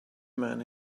man